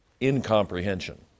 incomprehension